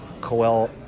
Coel